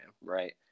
right